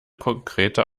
konkrete